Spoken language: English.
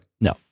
no